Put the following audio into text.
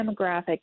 demographic